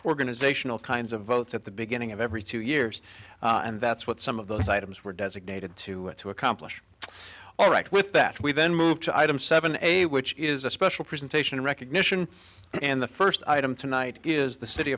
organizational kinds of votes at the beginning of every two years and that's what some of those items were designated to to accomplish all right with that we then move to item seven a which is a special presentation of recognition and the first item tonight is the city